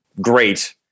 great